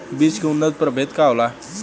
बीज के उन्नत प्रभेद का होला?